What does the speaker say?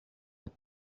that